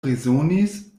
resonis